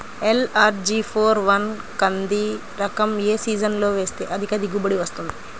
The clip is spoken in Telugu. ఎల్.అర్.జి ఫోర్ వన్ కంది రకం ఏ సీజన్లో వేస్తె అధిక దిగుబడి వస్తుంది?